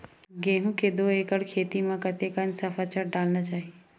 गेहूं के दू एकड़ खेती म कतेकन सफाचट डालना चाहि?